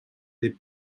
des